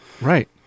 Right